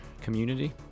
community